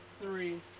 three